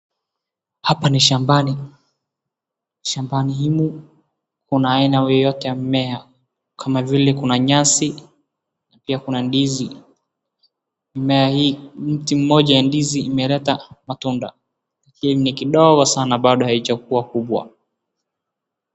Hapo ni shambani. Shambani hilo kuna aina yoyote ya mmea kama vile kuna nyasi na pia kuna ndizi. Nyuma ya hii, mti mmoja ya ndizi imeleta matunda. Hii ni kibawa sana bado hakijakuwa kubwa